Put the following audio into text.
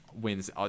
wins